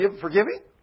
forgiving